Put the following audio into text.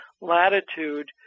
latitude